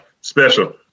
special